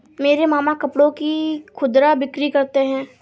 मेरे मामा कपड़ों की खुदरा बिक्री करते हैं